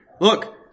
Look